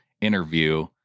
interview